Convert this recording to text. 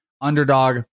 underdog